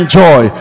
joy